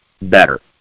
better